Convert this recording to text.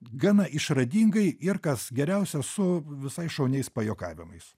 gana išradingai ir kas geriausia su visais šauniais pajuokavimais